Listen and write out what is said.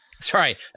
Sorry